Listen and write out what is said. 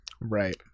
Right